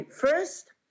first